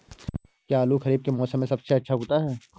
क्या आलू खरीफ के मौसम में सबसे अच्छा उगता है?